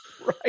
Right